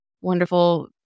wonderful